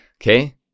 Okay